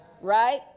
right